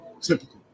Typical